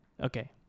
Okay